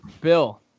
Bill